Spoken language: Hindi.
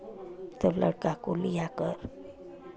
तो लड़का को लि आकर